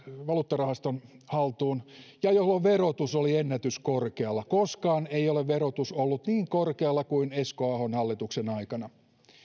valuuttarahaston haltuun ja jolloin verotus oli ennätyskorkealla koskaan ei ole verotus ollut niin korkealla kuin esko ahon hallituksen aikana